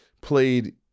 played